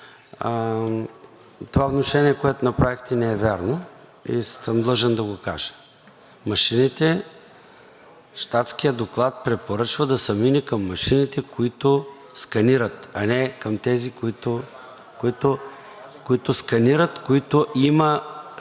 Това внушение, което направихте, не е вярно и съм длъжен да го кажа. Машините, щатският доклад препоръчва да се мине към машините, които сканират, а не към тези, които сканират, които има